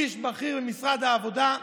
איש בכיר ממשרד העבודה,